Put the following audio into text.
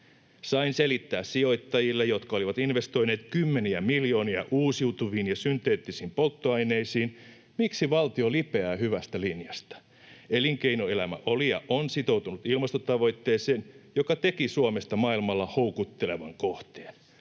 Sain selittää sijoittajille, jotka olivat investoineet kymmeniä miljoonia uusiutuviin ja synteettisiin polttoaineisiin, miksi valtio lipeää hyvästä linjasta. Elinkeinoelämä oli ja on sitoutunut ilmastotavoitteeseen, joka teki Suomesta maailmalla houkuttelevan kohteen.